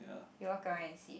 we walk around and see